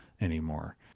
anymore